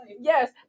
Yes